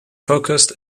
focused